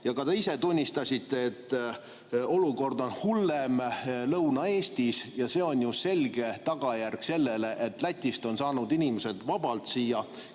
Ka te ise tunnistasite, et olukord on hullem Lõuna-Eestis. See on ju selge tagajärg sellele, et Lätist on saanud inimesed vabalt siin